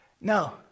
No